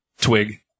Twig